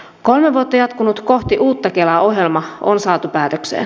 kolme vuotta jatkunut kohti uutta kelaa ohjelma on saatu päätökseen